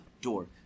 door